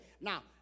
Now